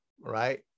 right